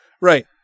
right